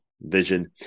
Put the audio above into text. vision